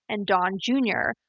and don, jr,